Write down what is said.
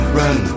run